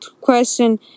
question